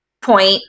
point